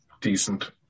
decent